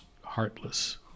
heartless